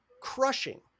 crushing